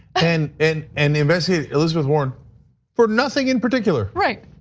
and and and investigate elizabeth warren for nothing in particular. right.